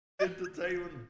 Entertainment